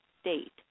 state